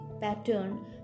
pattern